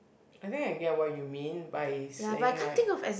I think I get what you mean by saying like